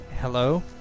Hello